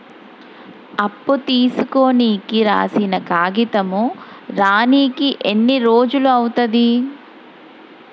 అప్పు తీసుకోనికి రాసిన కాగితం రానీకి ఎన్ని రోజులు అవుతది?